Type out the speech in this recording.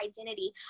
identity